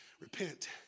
repent